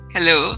Hello